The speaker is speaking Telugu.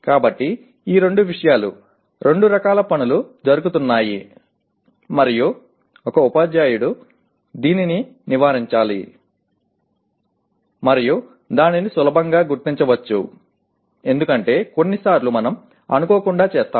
కాబట్టి ఈ రెండు విషయాలు రెండు రకాల పనులు జరుగుతున్నాయి మరియు ఒక ఉపాధ్యాయుడు దీనిని నివారించాలి మరియు దానిని సులభంగా గుర్తించవచ్చు ఎందుకంటే కొన్నిసార్లు మనం అనుకోకుండా చేస్తాము